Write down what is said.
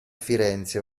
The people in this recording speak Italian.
firenze